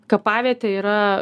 kapavietė yra